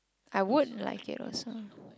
I would like it also